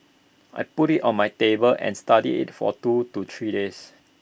I put IT on my table and studied IT for two to three days